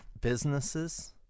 businesses